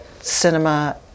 cinema